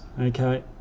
okay